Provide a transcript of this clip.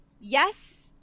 yes